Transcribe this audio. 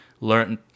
learn